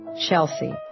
Chelsea